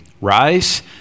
rise